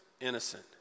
innocent